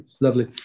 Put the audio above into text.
Lovely